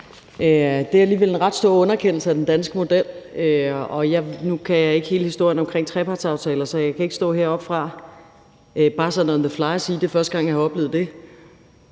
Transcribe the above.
det er alligevel en ret stor underkendelse af den danske model, og nu kan jeg ikke hele historien omkring trepartsaftaler, så jeg kan ikke bare stå heroppefra bare sådan on the fly og sige, at det er første gang, jeg har oplevet det.